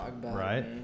Right